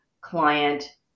client